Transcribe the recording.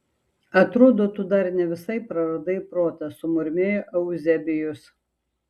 atrodo tu dar ne visai praradai protą sumurmėjo euzebijus